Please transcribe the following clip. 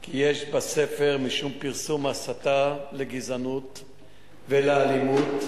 כי יש בספר משום פרסום הסתה לגזענות ולאלימות,